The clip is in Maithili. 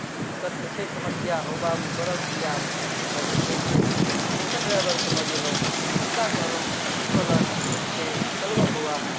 तऽ दिक्कत तऽ छै समस्या हौ बाबू करब की आब तऽ जे छै से दोसर ड्राइभरकेँ बजेलहुँ हुनका कहलहुँ ओ कहलक ठीक छै चलबह बौआ